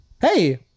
Hey